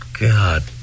God